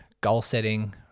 goal-setting